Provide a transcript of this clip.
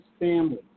family